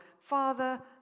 father